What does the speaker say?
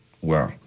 Wow